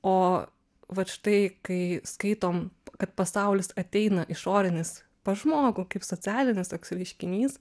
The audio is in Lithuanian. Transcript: o vat štai kai skaitom kad pasaulis ateina išorinis pas žmogų kaip socialinis toks reiškinys